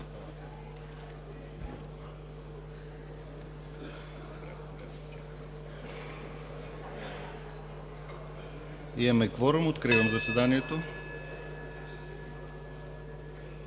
Имаме кворум, откривам заседанието.